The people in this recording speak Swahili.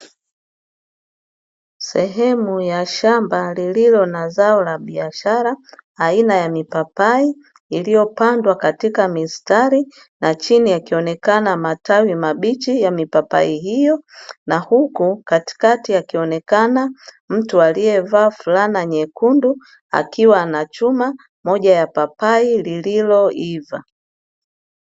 Sehemu ya shamba lililo na zao la biashara aina ya mipapai iliyopandwa katika mistari na chini yakionekana majani mabichi ya mipapai hiyo, na huku katikati akionekana mtu aliyevaa flana nyekundu akiwa anachuma moja ya papai lililoiva.